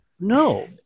No